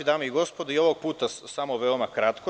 Dame i gospodo, i ovog puta veoma kratko.